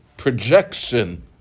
projection